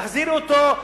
תחזירו אותו.